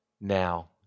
now